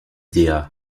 dea